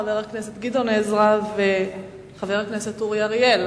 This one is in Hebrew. חבר הכנסת גדעון עזרא וחבר הכנסת אורי אריאל.